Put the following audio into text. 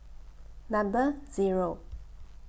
Number Zero